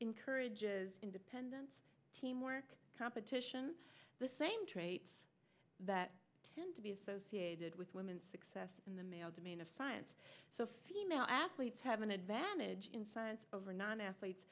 encourages independence teamwork competition the same traits that tend to be associated with women success in the male domain of science so female athletes have an advantage in science over non athletes